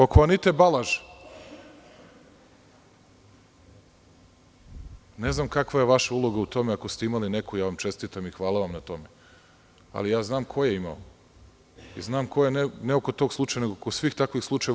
Oko Anite Balaš, ne znam kakva je vaša uloga u tome, ako ste imali neku, ja vam čestitam i hvala vam na tome, ali znam ko je imao, ne samo oko tog slučaja nego kod svih takvih slučajeva.